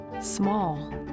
small